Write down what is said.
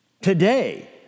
Today